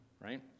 right